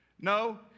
No